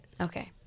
Okay